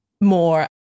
more